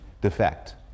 defect